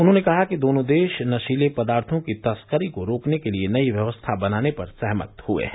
उन्होंने कहा कि दोनों देश नशीले पदार्थों की तस्करी को रोकने के लिए नई व्यवस्था बनाने पर सहमत हुए हैं